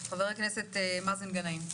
חבר הכנסת מאזן גנאים.